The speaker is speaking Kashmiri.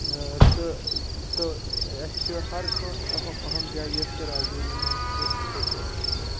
تہٕ سُہ اسہِ چھُ ہر کانٛہہ اہم اہم جایہِ یۄس تہِ راجوری منٛز چھِ سۄ چھِ اسہِ وٕچھنۍ